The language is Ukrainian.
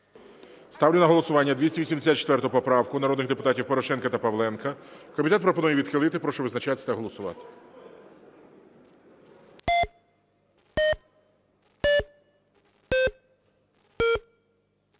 Ставлю на голосування 284 поправку народних депутатів Порошенка та Павленка. Комітет пропонує відхилити. Прошу визначатись та голосувати.